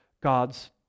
God's